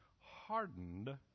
hardened